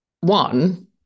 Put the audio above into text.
one